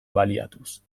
baliatuz